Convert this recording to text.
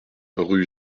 rue